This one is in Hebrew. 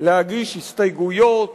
להגיש הסתייגויות